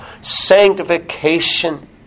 sanctification